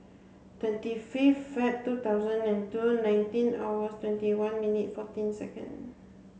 twenty fifth Feb two thousand and two nineteen hours twenty one minute fourteen second